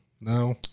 No